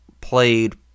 played